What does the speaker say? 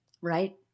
right